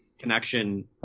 connection